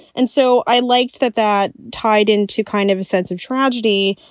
and so i liked that that tied into kind of a sense of tragedy.